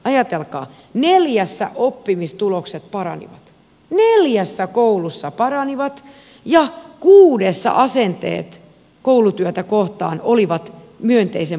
ajatelkaa neljässä oppimistulokset paranivat neljässä koulussa paranivat ja kuudessa asenteet koulutyötä kohtaan olivat myönteisen positiivisia